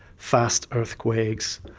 fast earthquakes,